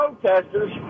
protesters